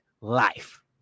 life